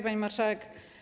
Pani Marszałek!